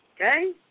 Okay